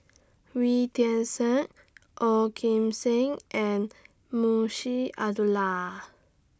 Wee Tian Siak Ong Kim Seng and Munshi Abdullah